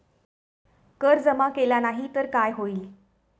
कर जमा केला नाही तर काय होईल?